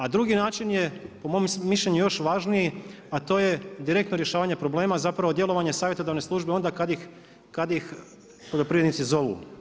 A drugi način je, po mom mišljenju još važniji, a to je direktno rješavanje problema, zapravo djelovanje savjetodavne službe onda kad ih poljoprivrednici zovu.